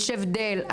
יש הבדל.